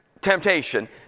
temptation